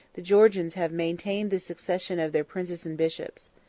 the georgians have maintained the succession of their princes and bishops.